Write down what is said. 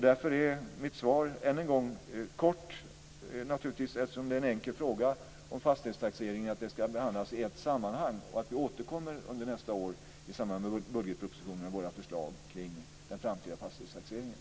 Därför är mitt korta svar på frågan om fastighetstaxeringen - kort, naturligtvis, eftersom det är en enkel fråga - att frågorna ska behandlas i ett sammanhang och att vi återkommer under nästa år i samband med budgetpropositionen med våra förslag kring den framtida fastighetstaxeringen.